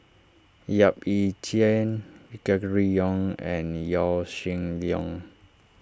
Yap Ee Chian Gregory Yong and Yaw Shin Leong